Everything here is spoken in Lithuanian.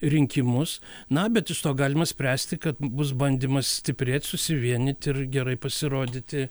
rinkimus na bet iš to galima spręsti kad bus bandymas stiprėt susivienyt ir gerai pasirodyti